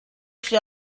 she